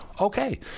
okay